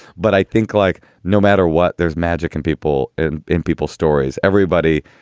but i think like no matter what. there's magic in people and in people's stories. everybody.